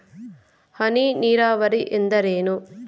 ಹನಿ ನೇರಾವರಿ ಎಂದರೇನು?